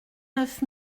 neuf